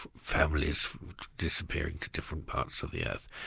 families disappearing to different parts of the earth,